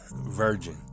virgin